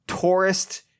tourist